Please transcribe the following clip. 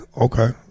Okay